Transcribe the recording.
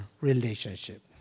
relationship